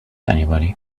anybody